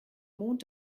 mond